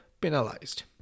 penalized